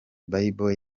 bible